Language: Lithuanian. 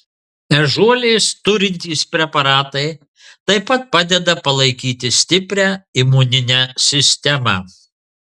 ežiuolės turintys preparatai taip pat padeda palaikyti stiprią imuninę sistemą